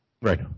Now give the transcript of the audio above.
Right